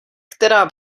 která